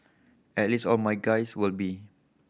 at least all my guys will be